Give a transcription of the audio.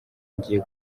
ngiye